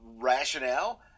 rationale